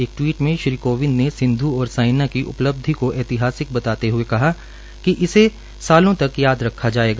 एक टवीट में श्री कोविंद ने सिंधू और साईना की उपलब्धि को ऐतिहासिक बताते हए कहा कि इसे सालो तक याद रखा जायेगा